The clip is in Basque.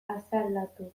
asaldatu